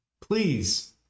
Please